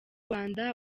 rwanda